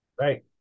right